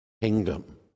kingdom